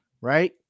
right